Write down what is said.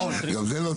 גם זה לא טוב.